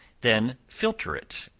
then filter it,